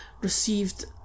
received